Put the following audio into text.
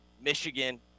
Michigan